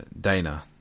Dana